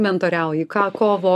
mentoriauji ką kovo